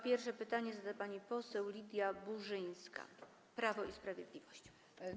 Pierwsze pytanie zada pani poseł Lidia Burzyńska, Prawo i Sprawiedliwość.